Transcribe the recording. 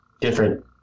different